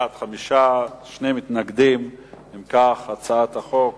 ההצעה להעביר את הצעת חוק